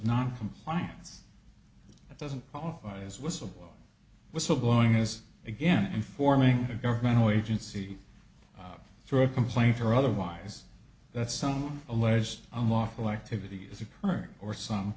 noncompliance that doesn't qualify as whistle whistle blowing is again informing a governmental agency through a complaint or otherwise that some alleged unlawful activity is occurring or some